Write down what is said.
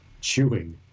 chewing